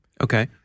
Okay